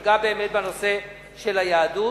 שיפגע באמת בנושא של היהדות,